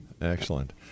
Excellent